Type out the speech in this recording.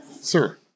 Sir